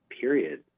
period